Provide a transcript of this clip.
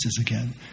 again